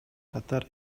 катар